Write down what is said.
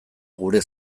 gure